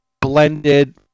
blended